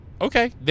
Okay